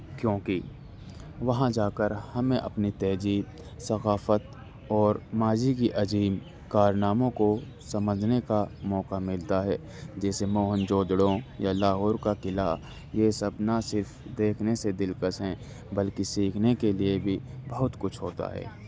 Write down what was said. کیونکہ وہاں جا کر ہمیں اپنی تہذیب ثقافت اور ماضی کی عظیم کارناموں کو سمجھنے کا موقع ملتا ہے جیسے موہن جودھڑوں یا لاہور کا قلعہ یہ سب نہ صرف دیکھنے سے دلکش ہیں بلکہ سیکھنے کے لیے بھی بہت کچھ ہوتا ہے